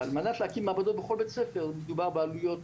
ועל מנת להקים מעבדות בבתי ספר מדובר בעלויות